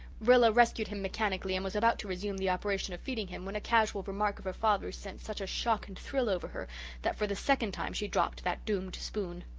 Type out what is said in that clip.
rilla rescued him mechanically and was about to resume the operation of feeding him when a casual remark of her father's sent such a shock and thrill over her that for the second time she dropped that doomed spoon.